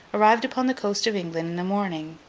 arrived upon the coast of england in the morning.